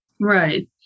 Right